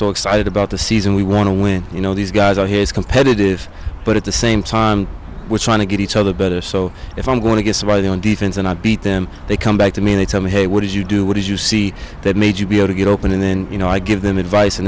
so excited about the season we want to win you know these guys are he's competitive but at the same time we're trying to get each other better so if i'm going to get somebody on defense and i beat them they come back to me anytime hey what did you do what did you see that made you be able to get open and then you know i give them advice and